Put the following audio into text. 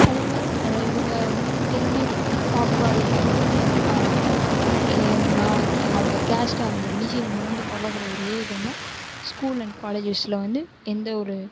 அதே மாதிரி இவங்க மூணு பேருமே பாகுபாடு இல்லாம நான் அவங்க காஸ்ட் அவங்க ரிலீஜியனை மறந்து பழகிற ஒரே இடம்னா ஸ்கூல் அண்ட் காலேஜஸில் வந்து எந்த ஒரு